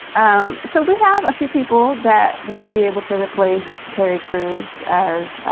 um so we have a few people that might be able to replace terry crews ah as,